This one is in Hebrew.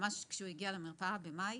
ממש כשהוא הגיע למרפאה במאי,